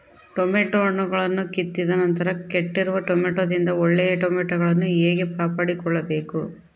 Tomato ಹಣ್ಣುಗಳನ್ನು ಕಿತ್ತಿದ ನಂತರ ಕೆಟ್ಟಿರುವ ಟೊಮೆಟೊದಿಂದ ಒಳ್ಳೆಯ ಟೊಮೆಟೊಗಳನ್ನು ಹೇಗೆ ಕಾಪಾಡಿಕೊಳ್ಳಬೇಕು?